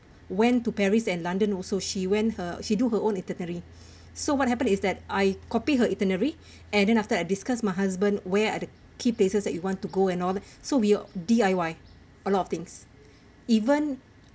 went to paris and london also she went her she do her own itinerary so what happened is that I copy her itinerary and then after I discuss my husband where are the key places that you want to go and all that so we D_I_Y a lot of things even